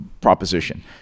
proposition